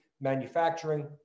manufacturing